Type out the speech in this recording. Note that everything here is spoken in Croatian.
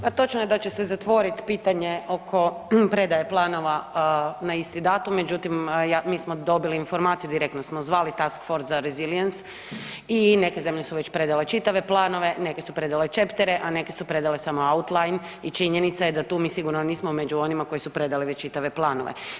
Pa točno je da će se zatvorit pitanje oko predaje planova na isti datum, međutim mi smo dobili informaciju, direktno smo zvali Task ford za reziliens i neke zemlje su već predale čitave planove, neke su predale chaptere, a neke su predale samo outline i činjenica je da tu mi sigurno nismo među onima koji su predali već čitave planove.